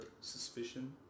suspicion